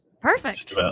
Perfect